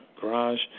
garage